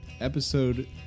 episode